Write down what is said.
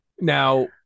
Now